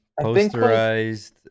posterized